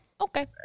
okay